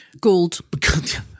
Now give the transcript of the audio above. gold